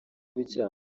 bikira